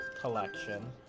collection